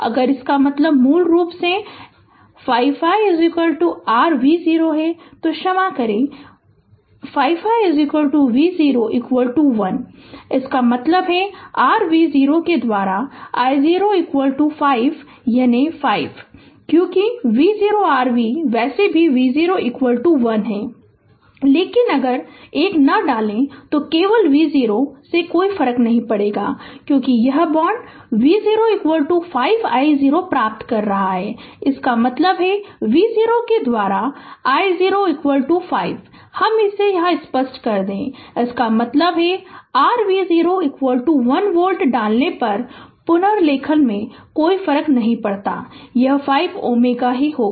अगर इसका मतलब मूल रूप से 5 i r V0 क्षमा करें 5 i V0 1 इसका मतलब है r V0 के द्वारा i0 5 यानी 5 क्योंकि V0 r v वैसे भी V0 1 लेकिन अगर 1 न डालें तो केवल V0 कोई फर्क नहीं पड़ता क्योंकि यह रिश्ता V0 5 i0 प्राप्त कर रहे हैं इसका मतलब है V0 के द्वारा i0 5 हम इसे स्पष्ट करते है इसका मतलब है हालांकि r V0 1 वोल्ट डालने पर पुनर्लेखन से कोई फर्क नहीं पड़ता यह 5 Ω ही होगा